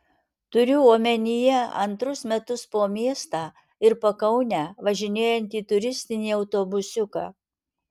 turiu omenyje antrus metus po miestą ir pakaunę važinėjantį turistinį autobusiuką